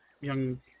young